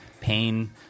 pain